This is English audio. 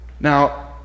Now